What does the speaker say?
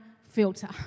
filter